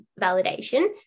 validation